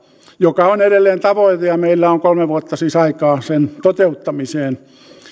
joka on edelleen tavoite ja meillä on kolme vuotta siis aikaa sen toteuttamiseen myös